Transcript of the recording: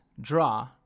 draw